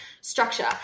structure